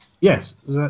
yes